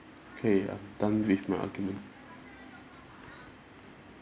K I'm done with my argument